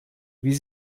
wie